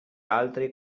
altri